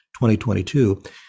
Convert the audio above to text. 2022